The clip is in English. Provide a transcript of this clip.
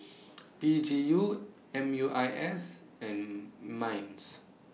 P G U M U I S and Minds